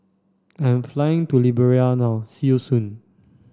I am flying to Liberia now see you soon